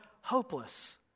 hopeless